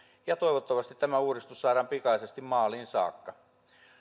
ja toivottavasti tämä uudistus saadaan pikaisesti maaliin saakka